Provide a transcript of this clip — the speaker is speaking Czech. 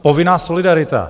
Povinná solidarita.